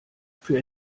für